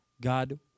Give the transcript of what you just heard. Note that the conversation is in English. God